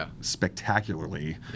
spectacularly